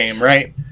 right